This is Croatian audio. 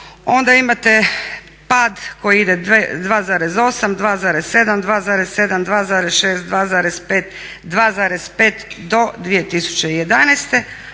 onda imate pad koji ide 2.8, 2.7, 2.7, 2.6, 2.5, 2.5 do 2011.